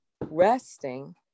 resting